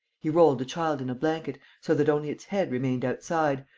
he rolled the child in a blanket, so that only its head remained outside,